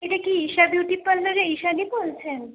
এটা কি ঈশা বিউটি পার্লারের ঈশাদি বলছেন